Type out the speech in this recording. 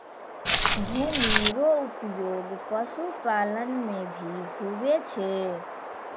भूमि रो उपयोग पशुपालन मे भी हुवै छै